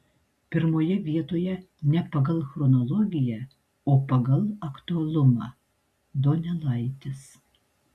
pirmoje vietoje ne pagal chronologiją o pagal aktualumą donelaitis